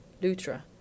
Lutra